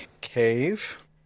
Cave